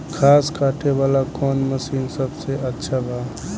घास काटे वाला कौन मशीन सबसे अच्छा बा?